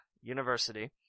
University